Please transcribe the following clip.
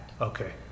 Okay